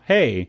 Hey